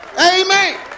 Amen